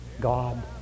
God